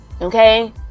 okay